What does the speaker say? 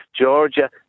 Georgia